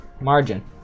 margin